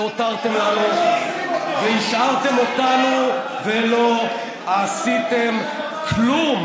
שהותרתם לנו והשארתם אותנו בו ולא עשיתם כלום.